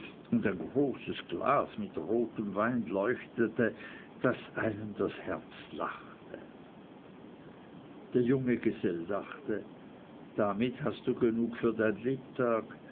und ein großes glas mit rotem wein leuchtete daß einem das herz lachte der junge gesell dachte damit hast du genug für dein lebtag